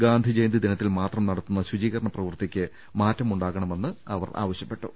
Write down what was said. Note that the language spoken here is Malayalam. ഗാന്ധി ജയന്തി ദിനത്തിൽ മാത്രം നടത്തുന്ന ശുചീകരണ പ്രവൃത്തിക്ക് മാറ്റമുണ്ടാകണമെന്ന് അവർ ആവശ്യപ്പെട്ടു